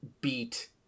beat